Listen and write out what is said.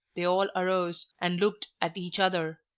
they all arose, and looked at each other.